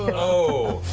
oh!